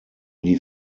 die